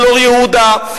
על אור-יהודה,